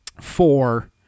Four